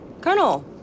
Colonel